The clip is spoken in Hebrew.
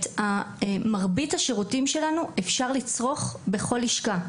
את מרבית השירותים שלנו אפשר לצרוך בכל לשכה,